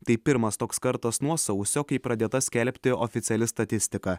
tai pirmas toks kartas nuo sausio kai pradėta skelbti oficiali statistika